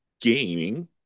gaming